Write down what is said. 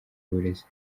uburezi